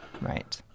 right